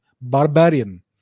barbarian